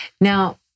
now